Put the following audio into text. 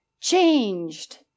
Changed